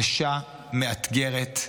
קשה, מאתגרת,